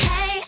Hey